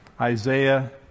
Isaiah